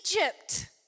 Egypt